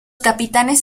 capitanes